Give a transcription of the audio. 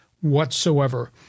whatsoever